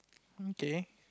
okay